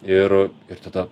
ir ir tada